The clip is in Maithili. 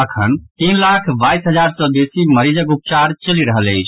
अखन तीन लाख बाईस हजार सँ बेसी मरीजक उपचार चलि रहल अछि